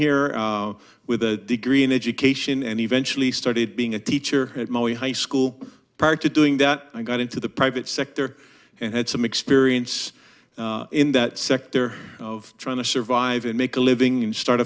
here with a degree in education and eventually started being a teacher had a high school prior to doing that i got into the private sector and had some experience in that sector of trying to survive and make a living and start